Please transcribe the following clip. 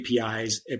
APIs